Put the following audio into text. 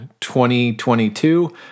2022